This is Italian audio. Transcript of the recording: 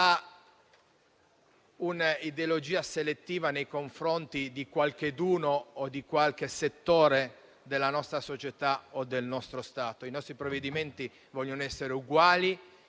un'ideologia selettiva nei confronti di qualcheduno o di qualche settore della nostra società o del nostro Stato. I nostri provvedimenti vogliono essere uguali